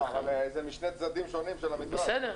זה משני צדדים שונים של המתרס.